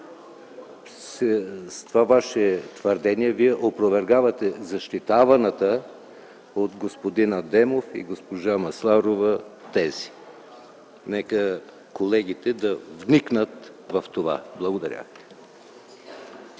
С това Ваше твърдение Вие опровергахте защитаваната от господин Адемов и госпожа Масларова теза. Нека колегите вникнат в това! Благодаря